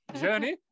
journey